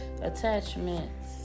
attachments